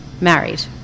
Married